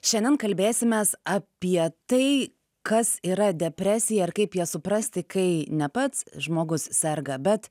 šiandien kalbėsimės apie tai kas yra depresija ir kaip ją suprasti kai ne pats žmogus serga bet